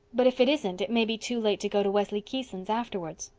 but if it isn't it may be too late to go to wesley keyson's afterward.